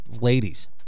ladies